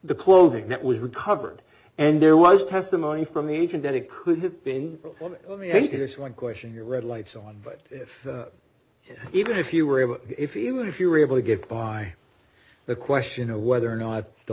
the clothing that was recovered and there was testimony from the agent that it could have been any to this one question your red lights on but if you even if you were able if you would if you were able to get by the question of whether or not the